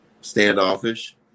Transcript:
standoffish